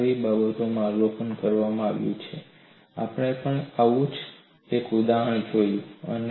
આવી બાબતોનું અવલોકન કરવામાં આવ્યું છે આપણે પણ આવું જ એક ઉદાહરણ જોયું છે